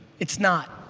it's not.